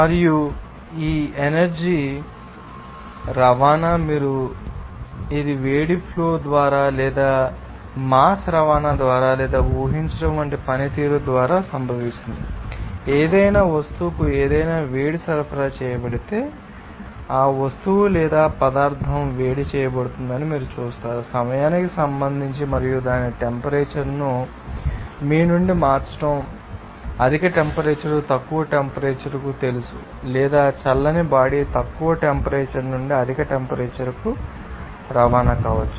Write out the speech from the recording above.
మరియు ఈ ఎనర్జీ రవాణా మీరు చెప్పవచ్చు ఇది వేడి ఫ్లో ద్వారా లేదా మాస్ రవాణా ద్వారా లేదా ఊహించడం వంటి పని పనితీరు ద్వారా సంభవిస్తుంది ఏదైనా వస్తువుకు ఏదైనా వేడి సరఫరా చేయబడితే ఆ వస్తువు లేదా పదార్థం వేడి చేయబడుతుందని మీరు చూస్తారు సమయానికి సంబంధించి మరియు దాని టెంపరేచర్ ను మీ నుండి మార్చడం మీకు తెలుస్తుంది అధిక టెంపరేచర్ తక్కువ టెంపరేచర్ కు తెలుసు లేదా చల్లని బాడీ తక్కువ టెంపరేచర్ నుండి అధిక టెంపరేచర్ కు రవాణా కావచ్చు